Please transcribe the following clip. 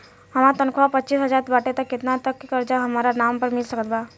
हमार तनख़ाह पच्चिस हज़ार बाटे त केतना तक के कर्जा हमरा नाम पर मिल सकत बा?